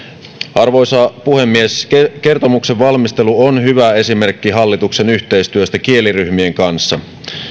arvoisa puhemies kertomuksen valmistelu on hyvä esimerkki hallituksen yhteistyöstä kieliryhmien kanssa